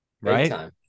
right